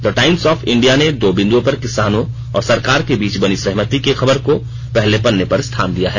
the Times of India ने दो बिंदुओं पर किसानों और सरकार के बीच बनी सहमति की खबर को पहले पन्ने पर स्थान दिया है